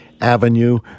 Avenue